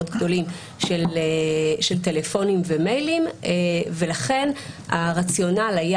מאוד גדולים של טלפונים ומיילים ולכן הרציונל היה